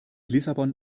lissabon